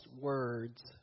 words